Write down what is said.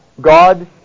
God